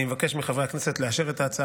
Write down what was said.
אני מבקש מחברי הכנסת לאשר את ההצעה